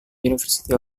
university